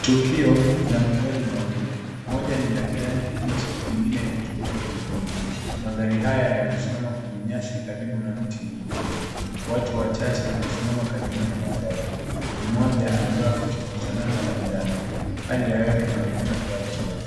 Tukio la magari mawili, moja ni la kijani kibichi lingine ni tuktuk nyekundu. Magari haya yamesimama kwenye nyasi karibu na miti mingi. Watu wachache wamesimama karibu na magari. Mmoja amevaa koti la usalama la njano. Hali ya hewa inaonekana kuwa jua.